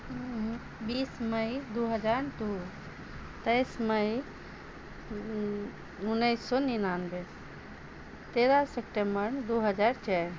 बीस मइ दू हजार दू तेइस मइ उन्नैस सए निनानबे तरह सेप्टेम्बर दू हजार चारि